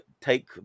take